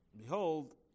Behold